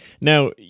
now